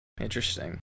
Interesting